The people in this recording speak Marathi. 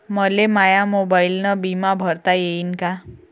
मले माया मोबाईलनं बिमा भरता येईन का?